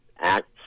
acts